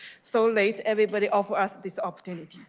so late, everybody offer us this opportunity.